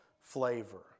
flavor